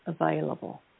available